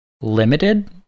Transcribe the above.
limited